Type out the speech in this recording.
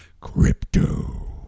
crypto